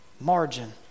margin